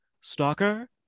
stalker